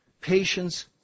Patience